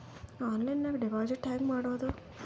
ಆನ್ಲೈನ್ನಲ್ಲಿ ಡೆಪಾಜಿಟ್ ಹೆಂಗ್ ಮಾಡುದು?